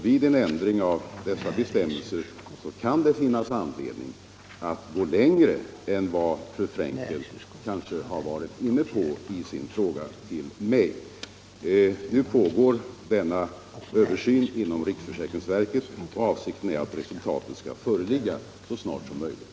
Vid en ändring av dessa bestämmelser kan det finnas anledning att gå längre än vad fru Frenkel kanske varit inne på i sin fråga till mig. Nu pågår denna översyn inom riksförsäkringsverket, och avsikten är att resultaten skall föreligga så snart som möjligt.